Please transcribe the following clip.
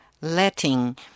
letting